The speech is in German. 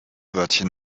wörtchen